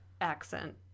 accent